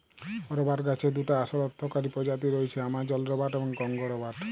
রবাট গাহাচের দুটা আসল অথ্থকারি পজাতি রঁয়েছে, আমাজল রবাট এবং কংগো রবাট